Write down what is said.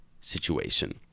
situation